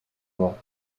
rule